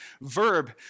verb